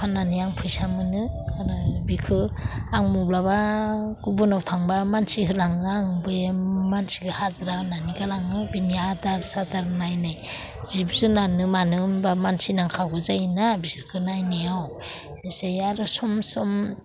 फाननानै आं फैसा मोनो फाननानै बिखो आं मब्लाबा गुबुनाव थांब्ला मानसि होलाङो आं बे मानसिनो हाजिरा होनानै गालाङो बिनि आदार सादार नायनाय जिब जुनारनो मानो होमब्ला मानसि नांखागौ जायोना बिसोरखो नायनायाव एसे आरो सम सम